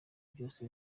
byose